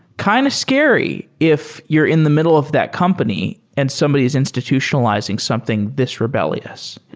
kind of scary if you're in the middle of that company and somebody is institutionalizing something this rebellious.